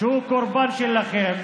שהוא קורבן שלכם.